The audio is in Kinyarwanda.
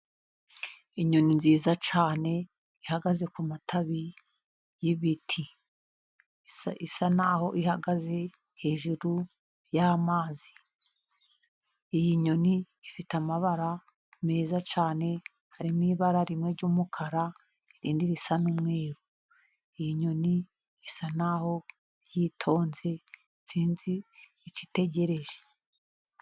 Inyoni nziza cyane ihagaze ku matabi y'ibiti isa naho ihagaze hejuru y'amazi. Iyi nyoni ifite amabara meza cyane, harimo ibara rimwe ry'umukara, irindi risa n'umweru. Iyi nyoni isa naho yitonze sinzi icyo itegereje.